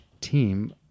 team